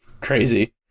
crazy